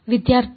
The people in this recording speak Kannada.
ವಿದ್ಯಾರ್ಥಿ log